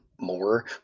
more